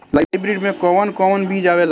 Hybrid में कोवन कोवन बीज आवेला?